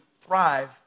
thrive